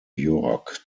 york